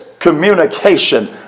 communication